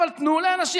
אבל תנו לאנשים.